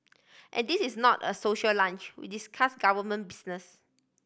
and this is not a social lunch we discuss government business